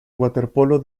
waterpolo